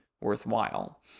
worthwhile